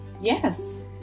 Yes